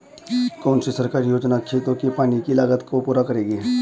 कौन सी सरकारी योजना खेतों के पानी की लागत को पूरा करेगी?